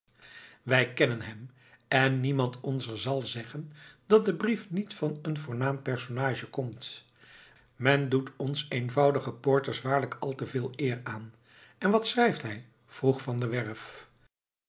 wij kennen hem en niemand onzer zal zeggen dat de brief niet van een voornaam personage komt men doet ons eenvoudigen poorters waarlijk al te veel eer aan en wat schrijft hij vroeg van der werff